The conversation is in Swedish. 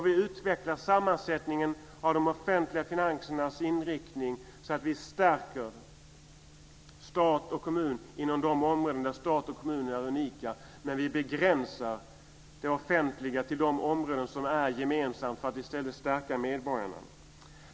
Vi utvecklar sammansättningen genom de offentliga finansernas inriktning så att vi stärker stat och kommun inom de områden där stat och kommun är unika, men vi begränsar det offentliga till de områden som är gemensamma för att i stället stärka medborgarna.